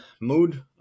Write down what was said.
mood